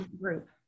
group